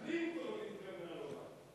קלינטון, סוג של היתממות.